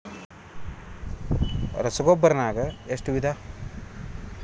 ರಸಗೊಬ್ಬರ ನಾಗ್ ಎಷ್ಟು ವಿಧ?